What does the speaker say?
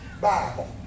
Bible